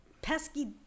Pesky